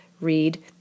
Read